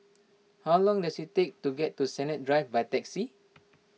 how long does it take to get to Sennett Drive by taxi